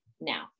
now